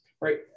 right